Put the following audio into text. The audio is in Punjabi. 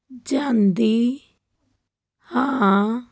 ਜਾਂਦੀ ਹਾਂ